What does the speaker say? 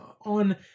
on